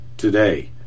today